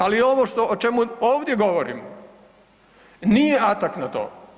Ali ovo o čemu ovdje govorimo nije atak na to.